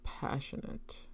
passionate